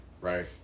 right